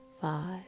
five